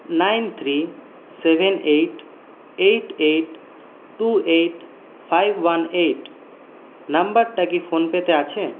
nine three seven eight eight eight two eight five one eight নম্বরটি কি PhonePe তে আছে